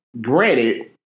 granted